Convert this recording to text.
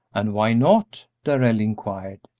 and why not? darrell inquired.